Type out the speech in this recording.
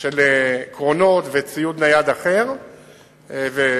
של קרונות וציוד נייד אחר וקטרים.